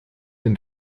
den